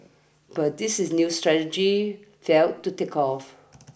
but this is new strategy failed to take off